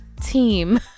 team